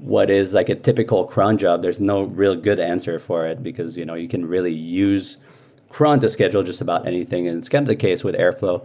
what is like a typical cron job. there's no real good answer for it, because you know you can really use cron to schedule just about anything and it's kind of the case with airflow.